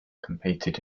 competed